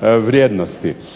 vrijednosti.